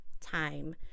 time